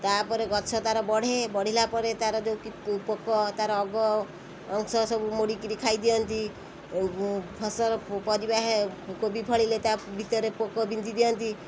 ତା'ପରେ ଗଛ ତା'ର ବଢ଼େ ବଢ଼ିଲା ପରେ ତା'ର ଯେଉଁ ପୋକ ତା'ର ଅଗ ଅଂଶ ସବୁ ମୋଡ଼ିକିରି ଖାଇ ଦିଅନ୍ତି ଫସଲ ପରିବା ହେ କୋବି ଫଳିଲେ ତା ଭିତରେ ପୋକ ବିନ୍ଧି ଦିଅନ୍ତି